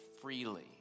freely